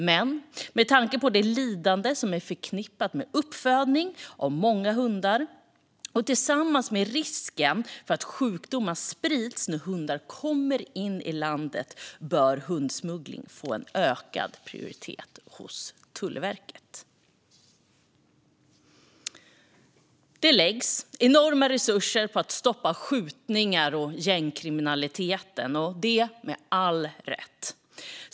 Men med tanke på det lidande som är förknippat med uppfödning av många hundar tillsammans med risken för att sjukdomar sprids när hundar kommer in i landet bör hundsmuggling få ökad prioritet hos Tullverket. Det läggs enorma resurser på att stoppa skjutningarna och gängkriminaliteten, detta med all rätt.